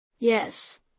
Yes